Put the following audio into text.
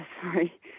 sorry